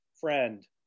friend